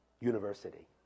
university